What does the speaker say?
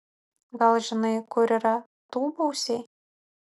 gal žinai kur yra tūbausiai